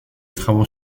travaux